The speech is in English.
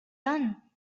done